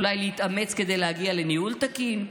אולי להתאמץ כדי להגיע לניהול תקין.